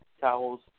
towels